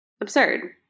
absurd